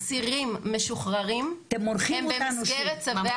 אתם מורחים אותנו שוב.